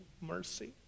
mercy